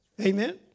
Amen